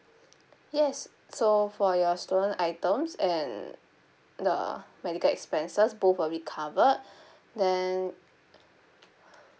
yes so for your stolen items and the medical expenses both will be covered then